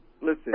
Listen